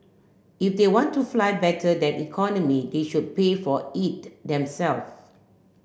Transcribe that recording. if they want to fly better than economy they should pay for it themselves